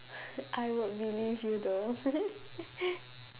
I would believe you though